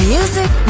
Music